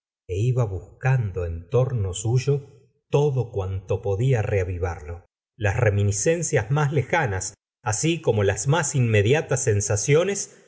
extinguirse iba buscando en torno suyo todo cuanto podía reavivarlo las reminiscencias más lejanas así como las más inmediatas sensaciones